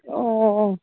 অঁ